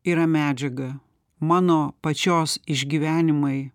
yra medžiaga mano pačios išgyvenimai